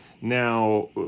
Now